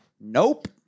Nope